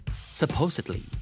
Supposedly